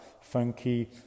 funky